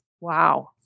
wow